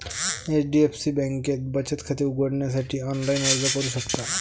HDFC बँकेत बचत खाते उघडण्यासाठी ऑनलाइन अर्ज करू शकता